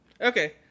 Okay